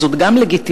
זו גם לגיטימציה,